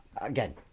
Again